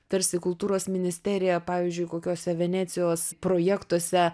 tarsi kultūros ministerija pavyzdžiui kokiuose venecijos projektuose